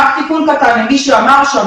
רק תיקון קטן למי שאמר שם,